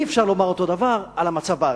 אי-אפשר לומר אותו דבר על המצב בארץ.